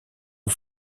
ont